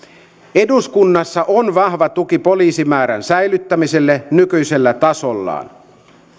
eduskunnassa on vahva tuki poliisimäärän säilyttämiselle nykyisellä tasollaan